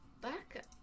back